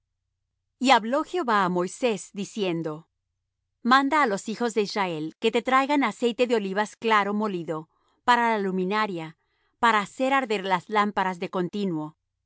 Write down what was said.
y hablo jehová á moisés diciendo manda á los hijos de israel que te traigan aceite de olivas claro molido para la luminaria para hacer arder las lámparas de continuo